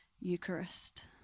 Eucharist